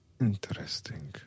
Interesting